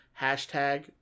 Hashtag